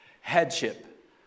Headship